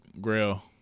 Grail